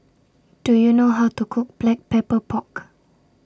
Do YOU know How to Cook Black Pepper Pork